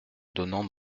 donnant